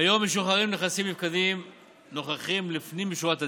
כיום משוחררים הנכסים לנפקדים-נוכחים לפנים משורת הדין,